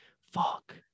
Fuck